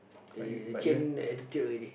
they change attitude already